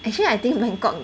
actually I think Bangkok